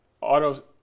auto